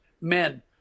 men